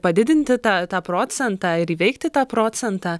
padidinti tą tą procentą ir įveikti tą procentą